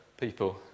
people